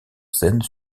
seine